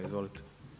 Izvolite.